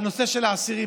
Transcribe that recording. הנושא של האסירים,